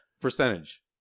Percentage